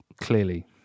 clearly